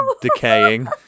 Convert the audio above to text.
Decaying